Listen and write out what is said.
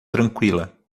tranquila